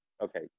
Okay